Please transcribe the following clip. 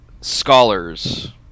scholars